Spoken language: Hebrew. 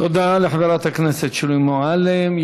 תודה לחברת הכנסת שולי מועלם.